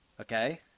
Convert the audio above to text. Okay